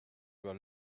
were